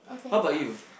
how about you